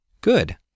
Good